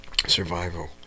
survival